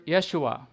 Yeshua